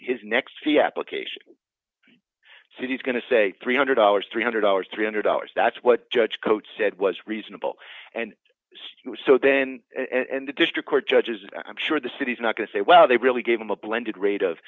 his next the application city is going to say three hundred dollars three hundred dollars three hundred dollars that's what judge cote said was reasonable and so then and the district court judges and i'm sure the city is not going to say well they really gave him a blended rate